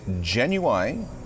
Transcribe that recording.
genuine